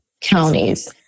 counties